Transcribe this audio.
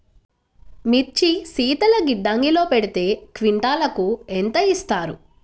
మిర్చి శీతల గిడ్డంగిలో పెడితే క్వింటాలుకు ఎంత ఇస్తారు?